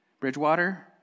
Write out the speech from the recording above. Bridgewater